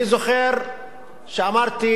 אני זוכר שפגשתי,